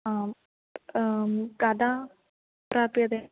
आम् कदा प्राप्यते